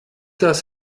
das